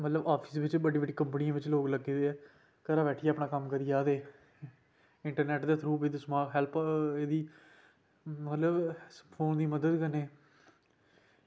मतलब ऑफिस बिच बड़ी बड़ी कंपनी बिच लोग लग्गे दे घर बैठियै अपना कम्म करी जा दे इंटरनेट दे थ्रू तुस हेल्प एह्दी मतलब इस फोन दी मदद कन्नै